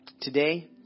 today